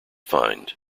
find